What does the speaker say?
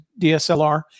DSLR